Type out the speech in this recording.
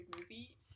movie